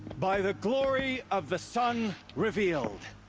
by the glory of the sun. revealed.